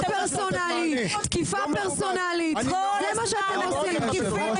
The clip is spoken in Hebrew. חוק פרסונלי, תקיפה פרסונלית, הכול פרסונלי.